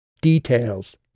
Details